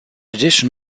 addition